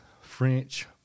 French